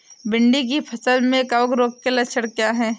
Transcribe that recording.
भिंडी की फसल में कवक रोग के लक्षण क्या है?